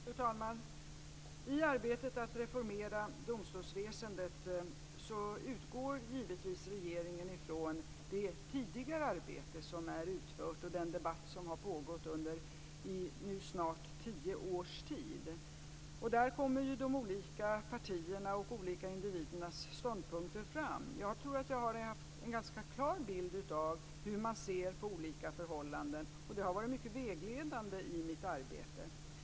Fru talman! I arbetet med att reformera domstolsväsendet utgår regeringen givetvis från det tidigare arbete som är utfört och den debatt som har pågått i nu snart tio års tid. Där kommer de olika partiernas och de olika individernas ståndpunkter fram. Jag tror att jag har haft en ganska klar bild av hur man ser på olika förhållanden, och det har varit mycket vägledande i mitt arbete.